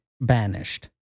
banished